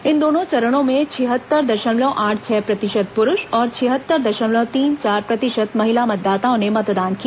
इन दोनों चरणों में छिहत्तर दशमलव आठ छह प्रतिशत पुरूष और छिहत्तर दशमलव तीन चार प्रतिशत महिला मतदाताओं ने मतदान किया